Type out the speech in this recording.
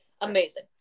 amazing